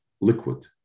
liquid